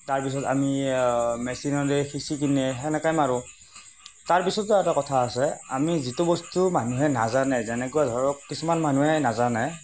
তাৰপিছত আমি মেচিনেদি সিঁচি কিনে তেনেকৈ মাৰোঁ তাৰপিছতো আৰু এটা কথা আছে আমি যিটো বস্তু মানুহে নাজানে যেনেকুৱা ধৰক কিছুমান মানুহে নাজানে